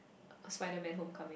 Spiderman homecoming